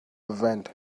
vent